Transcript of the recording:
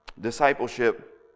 Discipleship